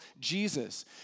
Jesus